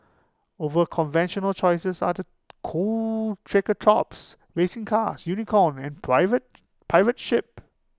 over conventional choices are the cool triceratops racing cars unicorn and private pirate ship